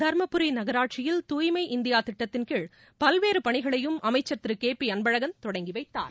தர்மபுரி நகராட்சியில் தூய்மை இந்தியா திட்டத்தின்கீழ் பல்வேறு பணிகளையும் அமைச்சர் திரு கே பி அன்பழகன் தொடங்கி வைத்தார்